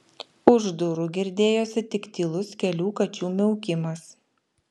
už durų girdėjosi tik tylus kelių kačių miaukimas